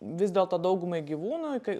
vis dėlto daugumai gyvūnų kai